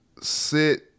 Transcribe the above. sit –